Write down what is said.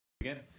again